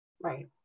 Right